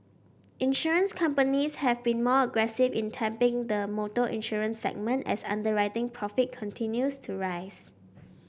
insurance companies have been more aggressive in tapping the motor insurance segment as underwriting profit continues to rise